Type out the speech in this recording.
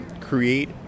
create